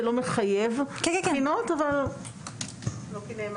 זה לא מחייב בחינות, אבל --- נכון.